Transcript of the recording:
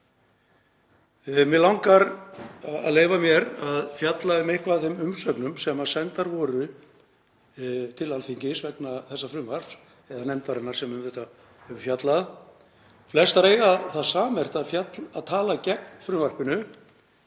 Mig langar að leyfa mér að fjalla um eitthvað af þeim umsögnum sem sendar voru til Alþingis vegna þessa frumvarps, eða nefndarinnar sem um þetta fjallar. Flestar eiga það sammerkt að tala gegn frumvarpinu